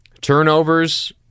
turnovers